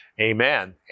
amen